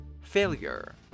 Failure